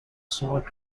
sought